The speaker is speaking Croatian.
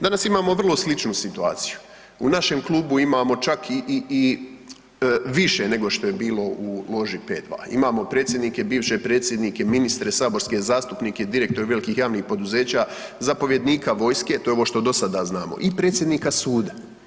Danas imamo vrlo sličnu situaciju, u našem klubu imamo čak i više nego što je bilo u loži P2. imamo predsjednike, bivše predsjednike, ministre, saborske zastupnike, direktore velikih javnih poduzeća, zapovjednika vojske, to je ovo što do sada znamo i predsjednika suda.